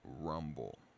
Rumble